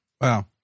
Wow